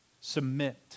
submit